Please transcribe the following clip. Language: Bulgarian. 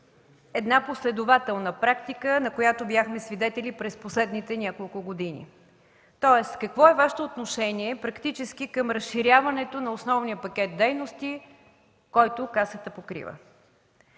една последователна практика, на която бяхме свидетели през последните няколко години. Тоест какво е Вашето отношение практически към разширяването на основния пакет дейности, който Касата покрива?